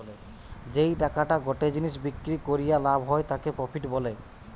যেই টাকাটা গটে জিনিস বিক্রি করিয়া লাভ হয় তাকে প্রফিট বলে